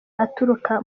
aturuka